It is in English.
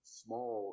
small